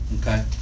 Okay